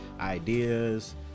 ideas